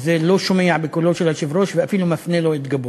וזה לא שומע בקולו של היושב-ראש ואפילו מפנה לו את גבו.